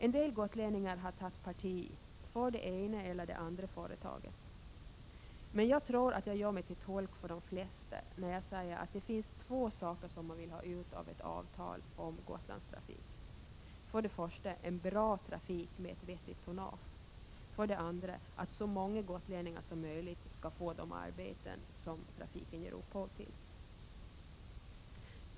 En del gotlänningar har tagit parti för det ena eller det andra företaget, men jag tror att jag gör mig till tolk för de flesta, när jag säger att det finns två saker som man vill ha ut av ett avtal om Gotlandstrafik: för det första en bra trafik med ett vettigt tonnage, för det andra att så många gotlänningar som möjligt skall få de arbeten trafiken ger upphov till.